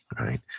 right